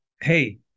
hey